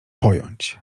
pojąć